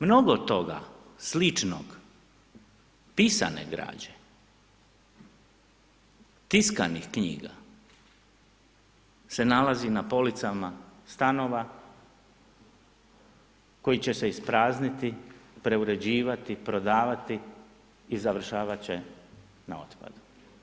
Mnogo toga sličnog, pisane građe, tiskanih knjiga se nalazi na policama stanova koji će se isprazniti, preuređivati, prodavati i završavat će na otpadu.